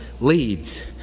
leads